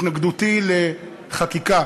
התנגדותי לחקיקה